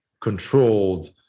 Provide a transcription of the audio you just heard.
controlled